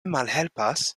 malhelpas